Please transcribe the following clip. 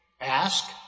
ask